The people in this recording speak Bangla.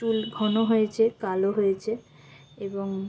চুল ঘন হয়েচে কালো হয়েচে এবং